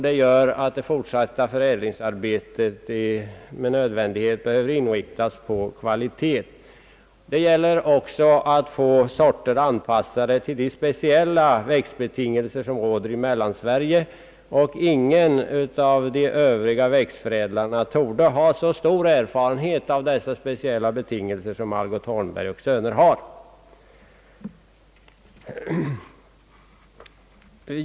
Det gör att det fortsatta förädlingsarbetet med nödvändighet måste inriktas på kvalitet. Det gäller också att få sorter anpassade till de speciella växtbetingelser, som råder i Mellansverige. Ingen av de övriga växtförädlarna torde ha så stor erfarenhet av dessa speciella betingelser som Algot Holmberg & Söner har.